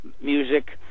music